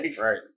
Right